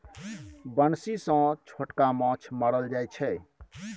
बंसी सँ छोटका माछ मारल जाइ छै